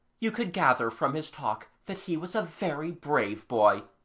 you could gather from his talk that he was a very brave boy,